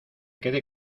quede